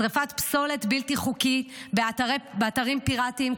שרפת פסולת בלתי חוקית באתרים פיראטיים,